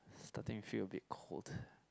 starting feel a bit cold